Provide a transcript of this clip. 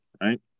right